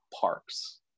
parks